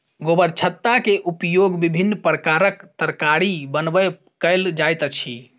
गोबरछत्ता के उपयोग विभिन्न प्रकारक तरकारी बनबय कयल जाइत अछि